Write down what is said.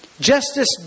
Justice